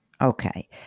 Okay